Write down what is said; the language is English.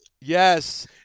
Yes